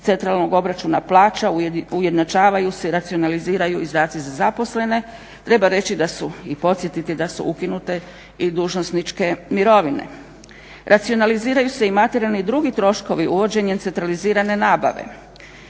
centralnog obračuna plaća, ujednačavaju se i racionaliziraju izdatci za zaposlene. Treba reći da su i podsjetiti da su ukinute i dužnosničke mirovine. Racionaliziraju se i materijalni i drugi troškovi uvođenjem centralizirane nabave.